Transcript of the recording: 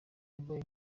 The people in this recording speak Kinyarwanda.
yabaye